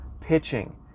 pitching